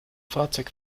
fahrzeug